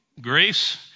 Grace